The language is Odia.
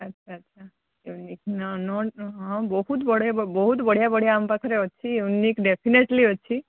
ଆଚ୍ଛା ଆଚ୍ଛା ବହୁତ ବଢ଼ିଆ ବହୁତ ବଢ଼ିଆ ବଢ଼ିଆ ଆମ ପାଖରେ ଅଛି ୟୁନିକ୍ ଡିଜାଇନ୍ ଡେଫିନାଇଟ୍ଲି ଅଛି